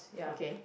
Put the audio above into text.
okay